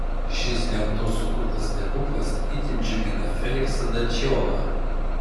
šis gamtos sukurtas stebuklas itin džiugina feliksą dačiolą